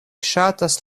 ŝatas